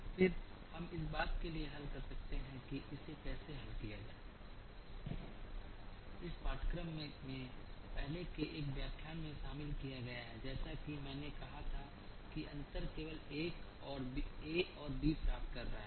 फिर हम इस बात के लिए हल कर सकते हैं कि इसे कैसे हल किया जाए इस पाठ्यक्रम में पहले के एक व्याख्यान में शामिल किया गया है जैसा कि मैंने कहा था कि अंतर केवल एक और बी प्राप्त कर रहा है